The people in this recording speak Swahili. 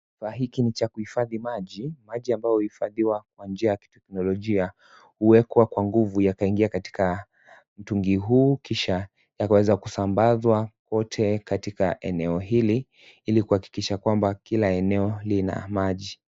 Kifaa hiki ni cha kuhifhadhi maji, maji ambayo uhifhadhiwa kwa njia ya kitekinologia uwekwa kwa nguvu yakaingia katika mtugi huu kisha yakaweza kusambaza kote katika eneo hili ile kuhakikisha kwamba kila eneo lina maji.